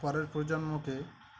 পরের প্রজন্মকে